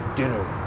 dinner